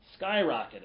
skyrocketed